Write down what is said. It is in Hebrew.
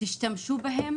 תשתמשו בהם.